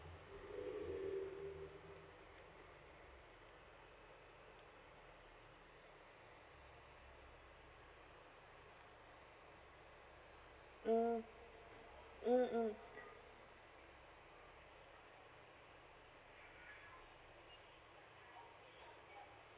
mm mm mm